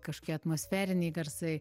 kažkokie atmosferiniai garsai